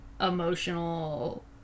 emotional